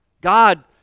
god